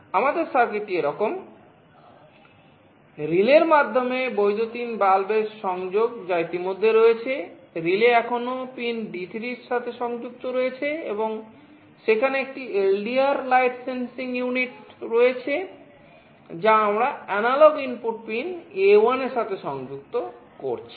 আমাদের সার্কিটটি এরকম রিলে রয়েছে যা আমরা অ্যানালগ ইনপুট পিন A1 এর সাথে সংযুক্ত করছি